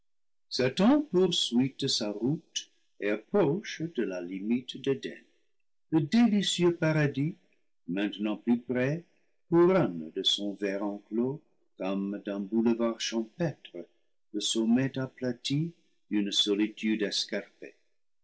sa route et approche de la limite d'eden le délicieux paradis maintenant plus près couronne de son vert enclos comme d'un boulevard champêtre le sommet applati d'une solitude escarpée